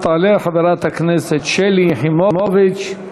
תעלה חברת הכנסת שלי יחימוביץ.